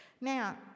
Now